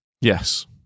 Yes